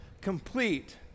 complete